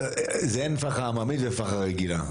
אין פחה עממית ופחה רגילה,